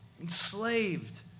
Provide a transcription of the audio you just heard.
enslaved